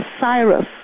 Cyrus